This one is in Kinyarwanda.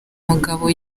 mugabo